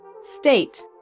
State